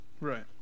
Right